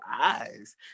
eyes